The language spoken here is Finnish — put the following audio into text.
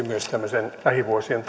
myös lähivuosien